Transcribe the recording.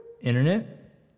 internet